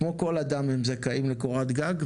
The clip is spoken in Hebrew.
כמו כל אדם הם זכאים לקורת גג,